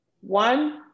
one